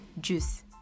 juice